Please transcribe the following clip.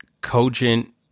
cogent